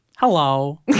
Hello